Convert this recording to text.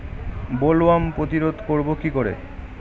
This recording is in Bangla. বোলওয়ার্ম প্রতিরোধ করব কি করে?